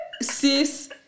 sis